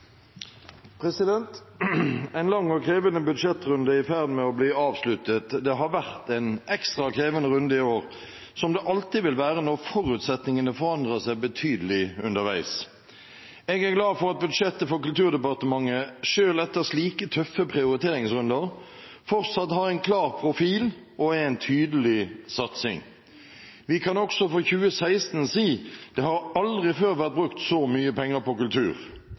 krevende budsjettrunde er i ferd med å bli avsluttet. Det har vært en ekstra krevende runde i år, som det alltid vil være når forutsetningene forandrer seg betydelig underveis. Jeg er glad for at budsjettet for Kulturdepartementet selv etter slike tøffe prioriteringsrunder fortsatt har en klar profil og er en tydelig satsing. Vi kan også for 2016 si at det aldri før har vært brukt så mye penger på kultur.